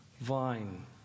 vine